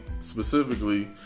specifically